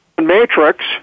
matrix